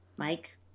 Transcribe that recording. Mike